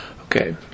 Okay